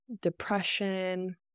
depression